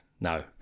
No